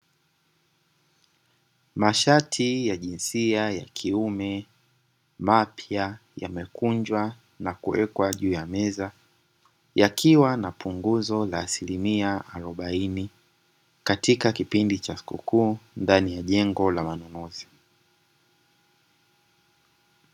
Masharti ya jinsia ya kiume mapya, yamekunjwa na kuwekwa juu ya meza yakiwa na punguzo la asilimia arobaini katika kipindi cha sikukuu ndani ya jengo la manunuzi.